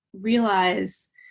realize